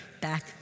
back